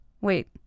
Wait